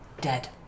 Dead